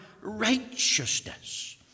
righteousness